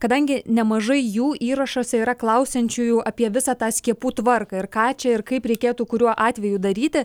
kadangi nemažai jų įrašuose yra klausiančiųjų apie visą tą skiepų tvarką ir ką čia ir kaip reikėtų kuriuo atveju daryti